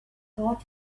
card